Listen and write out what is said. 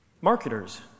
Marketers